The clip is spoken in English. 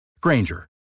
Granger